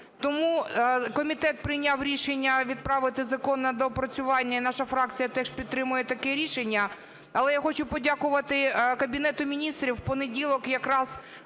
Тому комітет прийняв рішення відправити закон на доопрацювання, і наша фракція теж підтримує таке рішення. Але я хочу подякувати Кабінету Міністрів, в понеділок якраз,